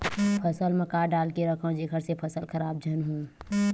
फसल म का डाल के रखव जेखर से फसल खराब झन हो?